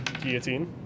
Guillotine